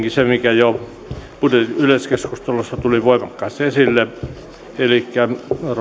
mikä jo budjetin yleiskeskustelussa tuli voimakkaasti esille elikkä